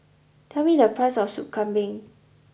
tell me the price of sop kambing